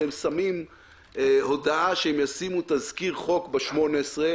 שמים הודעה שהם ישימו תזכיר חוק ב-18,